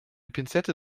pinzette